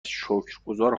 شکرگزار